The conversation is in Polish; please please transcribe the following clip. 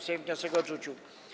Sejm wniosek odrzucił.